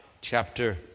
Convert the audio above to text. chapter